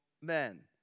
men